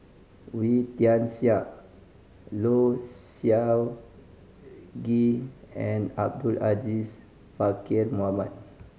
Wee Tian Siak Low Siew Nghee and Abdul Aziz Pakkeer Mohamed